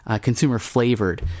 consumer-flavored